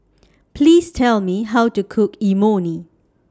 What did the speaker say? Please Tell Me How to Cook Imoni